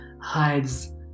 hides